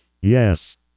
Yes